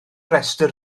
rhestr